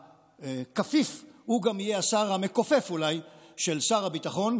הכפיף יהיה אולי גם השר המכופף של שר הביטחון,